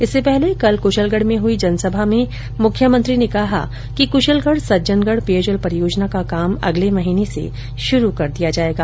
इससे पहले कल कुशलगढ़ में हुई जनसभा में मुख्यमंत्री ने कहा कि क्शलगढ़ सज्जनगढ़ पेयजल परियोजना का काम अगले महीने से शुरू कर दिया जाएगा